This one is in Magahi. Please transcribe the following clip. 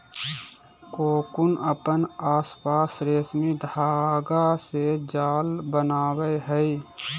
कोकून अपन आसपास रेशमी धागा से जाल बनावय हइ